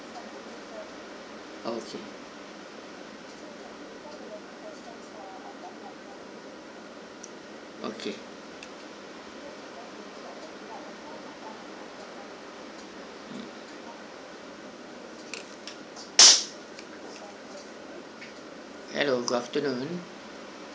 okay okay hello good afternoon